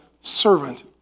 servant